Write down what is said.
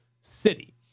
City